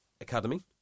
Academy